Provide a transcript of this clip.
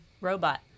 robot